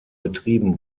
betrieben